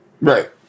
right